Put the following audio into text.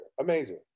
Amazing